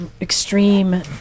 extreme